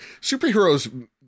superheroes